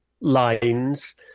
lines